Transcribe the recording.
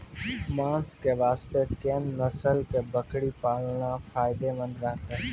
मांस के वास्ते कोंन नस्ल के बकरी पालना फायदे मंद रहतै?